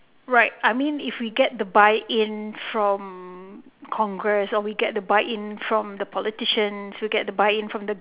right I mean if we get the buy in from congress or we get the buy in from the politicians who get the buy in from the